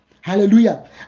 Hallelujah